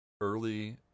early